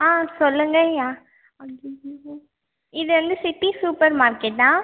ஆ சொல்லுங்கய்யா ஐய்யய்யயோ இது வந்து சிட்டி சூப்பர் மார்க்கெட்டா